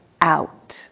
out